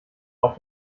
auf